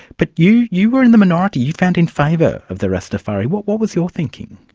but you you were in the minority you found in favour of the rastafari what what was your thinking?